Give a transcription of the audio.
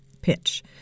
pitch